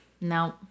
no